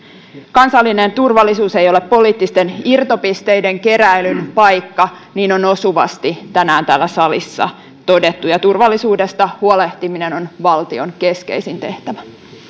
kansallinen turvallisuus ei ole poliittisten irtopisteiden keräilyn paikka niin on osuvasti tänään täällä salissa todettu ja turvallisuudesta huolehtiminen on valtion keskeisin tehtävä